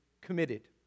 committed